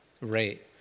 rate